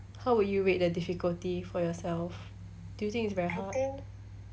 how would you rate the difficulty for yourself do you think it's very hard